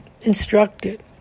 instructed